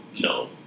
No